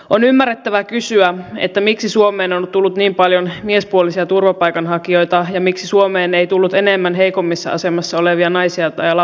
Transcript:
on ymmärrettävää kysyä miksi suomeen on tullut niin paljon miespuolisia turvapaikanhakijoita ja miksi suomeen ei tullut enemmän heikommassa asemassa olevia naisia tai lapsia